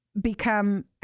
become